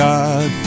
God